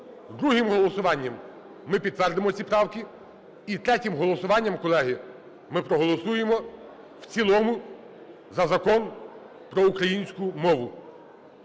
Другим голосуванням ми підтвердимо ці правки. І третім голосуванням, колеги, ми проголосуємо в цілому за Закон про українську мову.